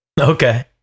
Okay